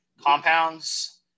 compounds